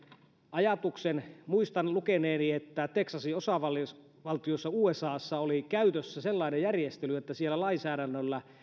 ajatuksen muistan lukeneeni että texasin osavaltiossa osavaltiossa usassa oli käytössä sellainen järjestely että siellä lainsäädännöllä